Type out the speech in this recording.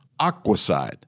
Aquaside